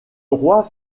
roi